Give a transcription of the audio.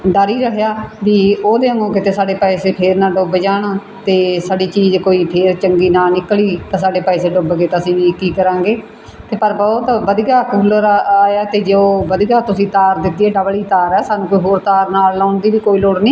ਡਰ ਹੀ ਰਿਹਾ ਵੀ ਉਹਦੇ ਵਾਂਗ ਕਿਤੇ ਸਾਡੇ ਪੈਸੇ ਫਿਰ ਨਾ ਡੁੱਬ ਜਾਣ ਅਤੇ ਸਾਡੀ ਚੀਜ਼ ਕੋਈ ਫਿਰ ਚੰਗੀ ਨਾ ਨਿਕਲੀ ਤਾਂ ਸਾਡੇ ਪੈਸੇ ਡੁੱਬ ਗਏ ਤਾਂ ਅਸੀਂ ਵੀ ਕੀ ਕਰਾਂਗੇ ਤਾਂ ਪਰ ਬਹੁਤ ਵਧੀਆ ਕੂਲਰ ਆ ਆਇਆ ਅਤੇ ਜੋ ਵਧੀਆ ਤੁਸੀਂ ਤਾਰ ਦਿੱਤੀ ਡਬਲ ਹੀ ਤਾਰ ਹੈ ਸਾਨੂੰ ਕੋਈ ਹੋਰ ਤਾਰ ਨਾਲ ਲਗਾਉਣ ਦੀ ਵੀ ਕੋਈ ਲੋੜ ਨਹੀਂ